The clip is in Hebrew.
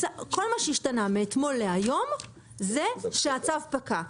כל מה שהשתנה מאתמול להיום זה שהצו פקע.